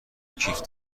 کیف